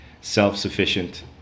self-sufficient